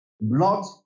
Blood